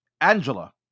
Angela